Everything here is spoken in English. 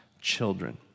children